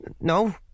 No